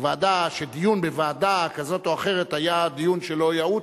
שדיון בוועדה כזאת או אחרת היה דיון שלא יאות,